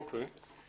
אוקי.